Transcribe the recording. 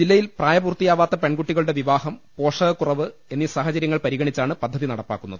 ജില്ലയിൽ പ്രായപൂർത്തിയാവാത്ത പെൺകുട്ടികളുടെ വിവാഹം പോഷക കുറവ് എന്നീ സാഹചരൃങ്ങൾ പരിഗണിച്ചാണ് പദ്ധതി നടപ്പാക്കുന്നത്